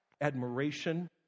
admiration